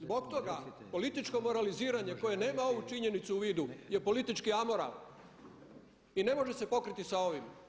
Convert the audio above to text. Zbog toga političko moraliziranje koje nema ovu činjenicu u vidu je politički amoral i ne može se pokriti sa ovim.